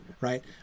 right